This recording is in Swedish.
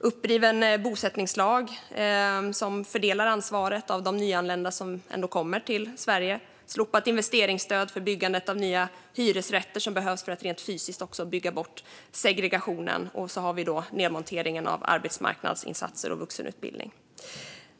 den upprivna bosättningslagen som fördelar ansvaret för de nyanlända som kommer till Sverige, om slopat investeringsstöd för byggandet av nya hyresrätter som behövs för att rent fysiskt bygga bort segregationen och om nedmonteringen av arbetsmarknadsinsatser och vuxenutbildning.